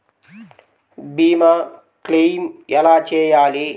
భీమ క్లెయిం ఎలా చేయాలి?